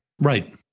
Right